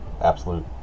absolute